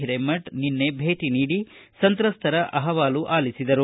ಹಿರೇಮಠ ನಿನ್ನೆ ಭೇಟಿ ನೀಡಿ ಸಂತ್ರಸ್ತರ ಅಹವಾಲು ಆಲಿಸಿದರು